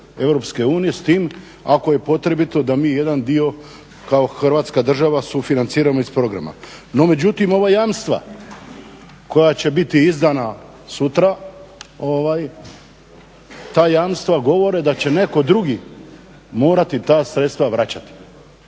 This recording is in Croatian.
Europske unije s tim ako je potrebito da mi jedan dio kao Hrvatska država sufinanciramo iz programa. No međutim, ova jamstva koja će biti izdana sutra ta jamstva govore da će netko drugi morati ta sredstva vraćati.